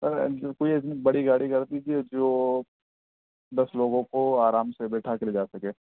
سر جو کوئی ایسی بڑی گاڑی کر دیجیے جو دس لوگوں کو آرام سے بٹھا کے لے جا سکے